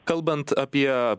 kalbant apie